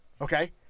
Okay